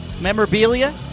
Memorabilia